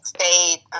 State